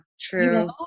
true